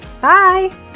Bye